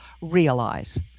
realize